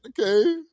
okay